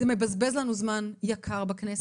זה מבזבז לנו זמן יקר בכנסת,